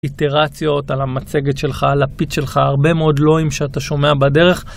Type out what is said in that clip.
איטרציות על המצגת שלך, על הפיט שלך, הרבה מאוד לואים שאתה שומע בדרך.